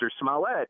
Smollett